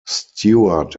stewart